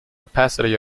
opacity